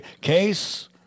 Case